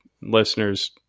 listeners